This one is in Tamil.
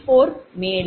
40